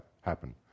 happen